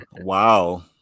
wow